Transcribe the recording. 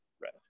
Right